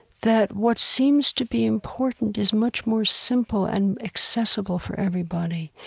that what seems to be important is much more simple and accessible for everybody,